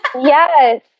Yes